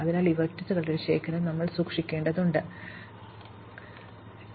അതിനാൽ ഈ വെർട്ടീസുകളുടെ ഒരു ശേഖരം ഞങ്ങൾ സൂക്ഷിക്കേണ്ടതുണ്ട് അവ സന്ദർശിച്ചു പക്ഷേ ഇതുവരെ പര്യവേക്ഷണം ചെയ്തിട്ടില്ല